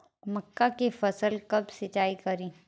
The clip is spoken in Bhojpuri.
मका के फ़सल कब सिंचाई करी?